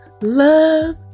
love